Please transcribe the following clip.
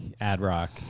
Ad-Rock